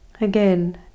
again